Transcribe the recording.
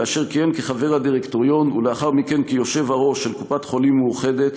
כאשר כיהן כחבר הדירקטוריון ולאחר מכן כיושב-ראש של קופת-חולים מאוחדת,